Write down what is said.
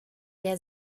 der